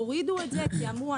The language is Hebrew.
הורידו את זה כי אמרו,